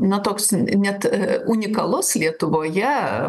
na toks net unikalus lietuvoje